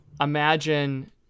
imagine